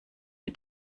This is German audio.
mit